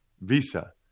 Visa